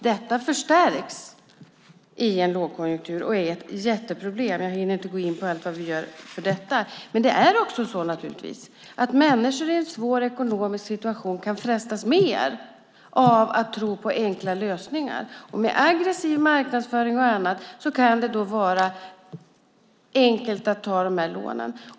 Detta förstärks i en lågkonjunktur och är ett jätteproblem. Jag hinner inte gå in på allt vad vi gör för detta, men det är naturligtvis också så att människor i en svår ekonomisk situation kan frestas mer av att tro på enkla lösningar, och om marknadsföringen är aggressiv kan det då vara enkelt att ta de här lånen.